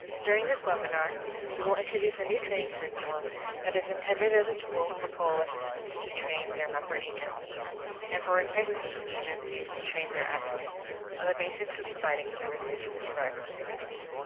during this webinar we will introduce a new training curriculum that is intended as a tool for coalitions to train their member agencies and for rape crisis agencies to train their advocates on the basics of providing services to survivors in custody.